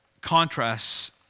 contrasts